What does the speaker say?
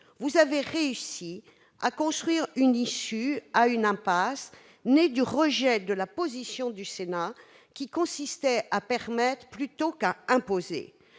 Vous avez réussi à construire une issue à une impasse née du rejet de la position du Sénat qui consistait à permettre plutôt qu'à imposer.